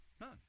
None